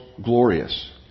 glorious